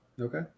Okay